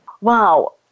wow